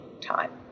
time